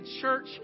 church